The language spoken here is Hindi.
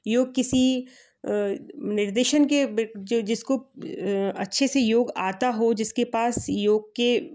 योग किसी निर्देशन के जो जिसको अच्छे से योग आता हो जिसके पास योग के